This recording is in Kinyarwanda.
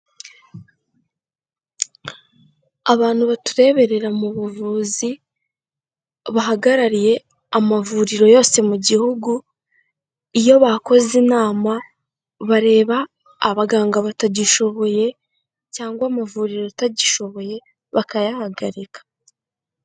Abantu batureberera mu buvuzi bahagarariye amavuriro yose mu gihugu, iyo bakoze inama bareba abaganga batagishoboye cyangwa amavuriro atagishoboye bakayahagarika.